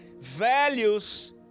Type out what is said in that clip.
values